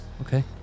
Okay